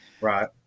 Right